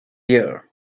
year